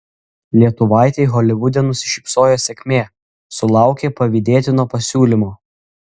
lietuvaitei holivude nusišypsojo sėkmė sulaukė pavydėtino pasiūlymo